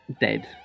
dead